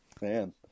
Man